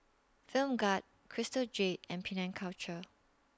Film Gad Crystal Jade and Penang Culture